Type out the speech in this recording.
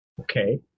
Okay